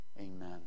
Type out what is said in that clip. Amen